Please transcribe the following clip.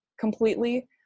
completely